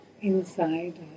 inside